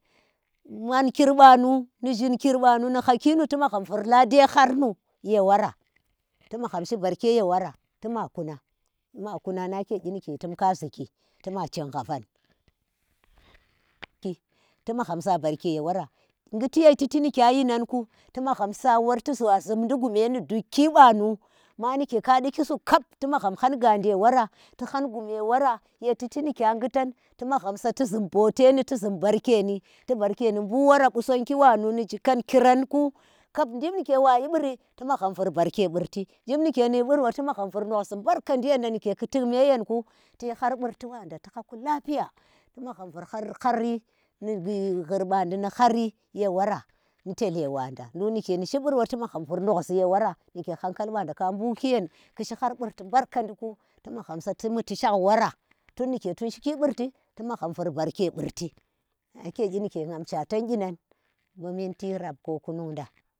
mankir banu ni ghinkir banu tu magham bur lade har nu ye wora tu magham shi barke ye wora tuma kuna nake kyi ike tum ka ziki, tu ma tuk mudam tu magham shi barke ye wora. tu ma kuna nake kyi ike tum ka ziki, tu ma tuk muda tu agham sa barke ye wora. ghiti ye chiti ikya yina ku tu magham sa wor tu gwa zumdi gume nu dukki bamu ma nike a disi kap tu magham hau gade wara tu nan gume wora ye chiti ni kya gutan tu maghem sa su zhum boteni tu zhum barkeni, tu barkeni bu wara qusanggi wanu ni zhikarkiran ku kab gyim nike wayi buri, tu magham vur barke burti, gyib nike niyi burwa tu magham vur nokhzi mbarkandiydenda nike ku tik mye yenku tiyi har burti wanda tu ha lafiya tu magham vur har hari ni vi hurbadi hari ye wora ni chele wanda mdule nike nishi burwa ti magham vur nkhozi ye wora ike hankal banda ka mbaki yen kishi har burti mbarkandi ki ti magham sati muti shaki wora. Tuu ni ke tuu shi burti ti magham vur barke burti nake kyi nike gham swahatan yinan bu minti rap ko kunung dang.